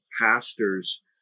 pastors